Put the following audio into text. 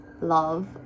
love